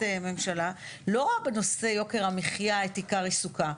הממשלה לא ראה בנושא יוקר המחיה את עיקר עיסוקה.